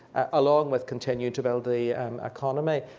along with continue to build the economy.